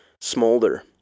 smolder